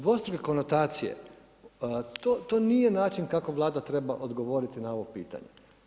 Dvostruke konotacije, to nije način kako Vlada treba odgovoriti na ovo pitanje.